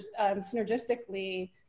synergistically